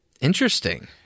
Interesting